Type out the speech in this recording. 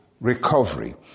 recovery